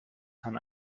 kann